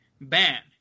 BAN